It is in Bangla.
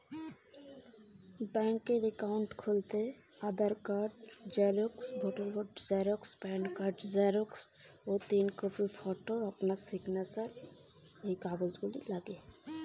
ব্যাঙ্ক একাউন্ট খুলতে কি কি কাগজ লাগে?